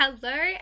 Hello